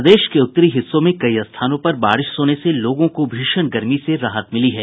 प्रदेश के उत्तरी हिस्सों के कई स्थानों पर बारिश होने से लोगों को भीषण गर्मी से राहत मिली है